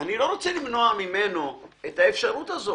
אני לא רוצה למנוע ממנו את האפשרות הזאת